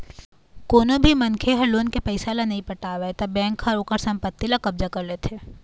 कोनो भी मनखे ह लोन के पइसा ल नइ पटावय त बेंक ह ओखर संपत्ति ल कब्जा कर लेथे